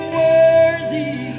worthy